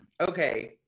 okay